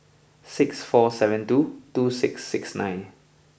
six four seven two two six six nine